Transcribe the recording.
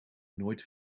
nooit